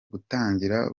gutangira